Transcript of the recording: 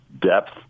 depth